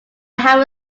have